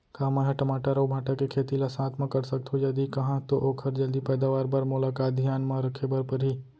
का मै ह टमाटर अऊ भांटा के खेती ला साथ मा कर सकथो, यदि कहाँ तो ओखर जलदी पैदावार बर मोला का का धियान मा रखे बर परही?